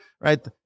right